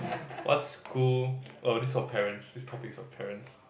what school oh this is for parents this topic is for parents